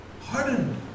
Hardened